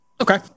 okay